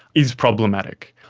is problematic.